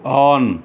on